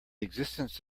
existence